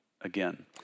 again